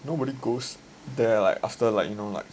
nobody goes there like after like you know like